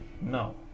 No